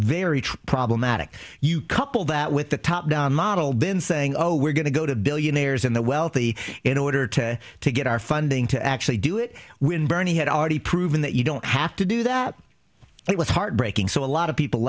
very problematic you couple that with the top down model been saying oh we're going to go to billionaires and the wealthy in order to to get our funding to actually do it when bernie had already proven that you don't have to do that it was heartbreaking so a lot of people